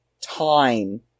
time